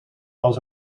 als